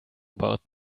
about